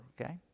okay